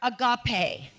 agape